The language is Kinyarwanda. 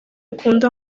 ukunda